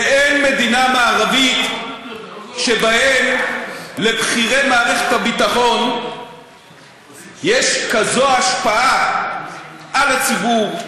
ואין מדינה מערבית שבה לבכירי מערכת הביטחון יש כזאת השפעה על הציבור,